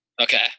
Okay